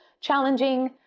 challenging